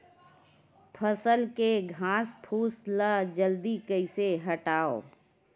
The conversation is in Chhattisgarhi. फसल के घासफुस ल जल्दी कइसे हटाव?